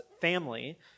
family